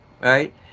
right